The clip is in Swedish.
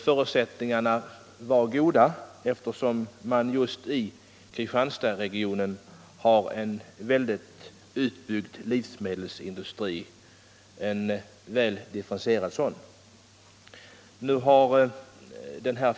Förutsättningarna var goda, eftersom man just i Kristianstadsregionen har en väl differentierad och utbyggd livsmedelsindustri.